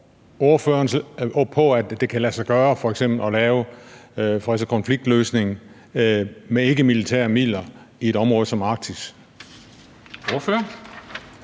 ordføreren på, at det f.eks. kan lade sig gøre at lave freds- og konfliktløsning med ikkemilitære midler i et område som Arktis? Kl.